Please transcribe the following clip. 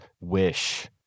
Wish